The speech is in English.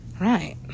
Right